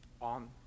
on